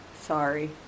Sorry